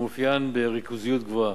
מאופיין בריכוזיות גבוהה.